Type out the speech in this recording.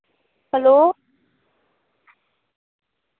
hello